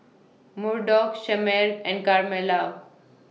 Murdock Shemar and Carmela